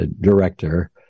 director